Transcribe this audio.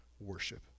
Worship